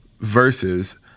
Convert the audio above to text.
versus